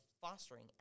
fostering